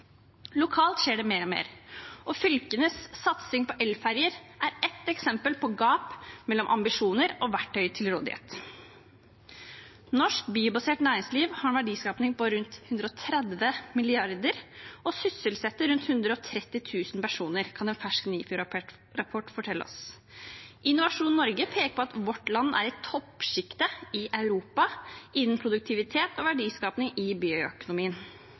Lokalt skjer det mer og mer, og fylkenes satsing på elferjer er ett eksempel på et gap mellom ambisjoner og verktøy til rådighet. Norsk biobasert næringsliv har en verdiskaping på rundt 130 mrd. kr og sysselsetter rundt 130 000 personer, kan en fersk NIFU-rapport fortelle oss. Innovasjon Norge peker på at vårt land er i toppsjiktet i Europa innen produktivitet og verdiskaping i bioøkonomien.